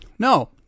No